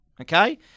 okay